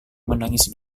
menangis